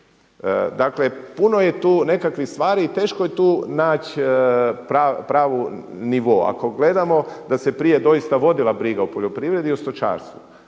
Dakle, puno je tu nekakvih stvari i teško je tu naći pravi nivo. Ako gledamo da se prije doista vodila briga o poljoprivredi i stočarstvu,